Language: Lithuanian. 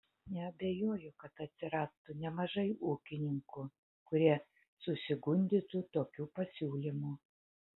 neabejoju kad atsirastų nemažai ūkininkų kurie susigundytų tokiu pasiūlymu